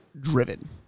driven